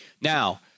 Now